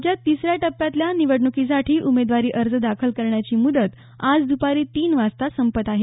राज्यात तिसऱ्या टप्प्यातल्या निवडणुकीसाठी उमेदवारी अर्ज दाखल करण्याची मुदत आज दुपारी तीन वाजता संपत आहे